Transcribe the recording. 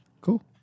Cool